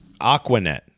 Aquanet